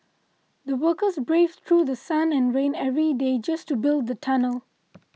the workers braved through The Sun and rain every day just to build the tunnel